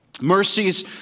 mercies